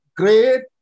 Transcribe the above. great